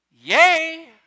Yay